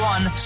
One